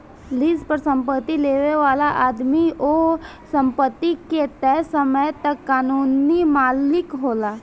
lease पर संपत्ति लेबे वाला आदमी ओह संपत्ति के तय समय तक कानूनी मालिक होला